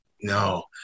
no